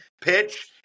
pitch